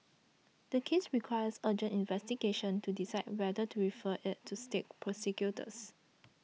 the case requires urgent investigation to decide whether to refer it to state prosecutors